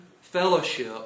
fellowship